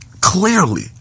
Clearly